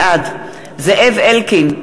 בעד זאב אלקין,